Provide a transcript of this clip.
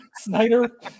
Snyder